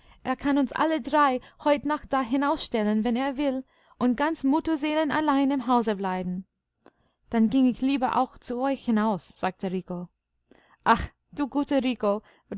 er kann uns alle drei heut noch da hinausstellen wenn er will und ganz mutterseelenallein im hause bleiben dann ging ich lieber auch zu euch hinaus sagte